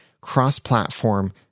cross-platform